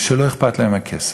שלא אכפת להם מהכסף.